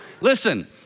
Listen